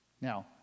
Now